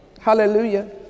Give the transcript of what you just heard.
Hallelujah